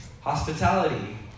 Hospitality